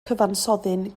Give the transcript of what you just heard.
cyfansoddyn